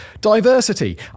diversity